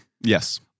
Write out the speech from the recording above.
Yes